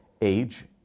age